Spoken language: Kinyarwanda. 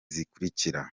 zikurikira